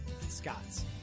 Scott's